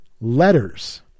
letters